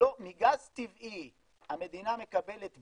מגז טבעי המדינה מקבלת בלו,